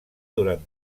durant